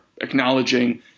acknowledging